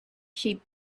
sheep